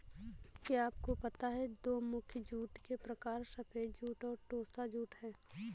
क्या आपको पता है दो मुख्य जूट के प्रकार सफ़ेद जूट और टोसा जूट है